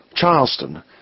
CHARLESTON